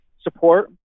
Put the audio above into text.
support